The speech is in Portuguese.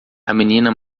menina